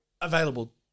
available